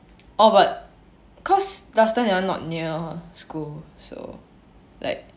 oh but cause last time that one not near school so like